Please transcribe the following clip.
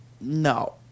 no